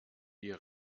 die